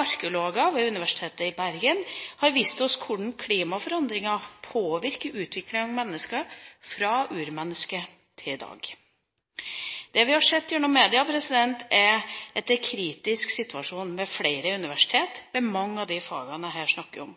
Arkeologer ved Universitetet i Bergen har vist oss hvordan klimaforandringer påvirker utviklinga av mennesker fra urmennesket til i dag. Det vi har sett gjennom media, er at det er en kritisk situasjon ved flere universiteter med hensyn til mange av de fagene jeg her snakker om.